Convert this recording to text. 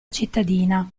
cittadina